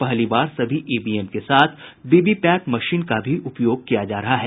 पहली बार सभी ईवीएम के साथ वीवीपैट मशीन का भी उपयोग किया जा रहा है